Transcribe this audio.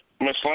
Miss